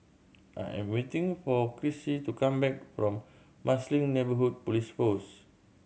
I am waiting for Krissy to come back from Marsiling Neighbourhood Police Post